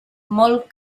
molt